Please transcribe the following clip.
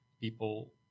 people